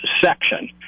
section